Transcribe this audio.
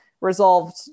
resolved